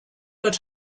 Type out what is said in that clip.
wird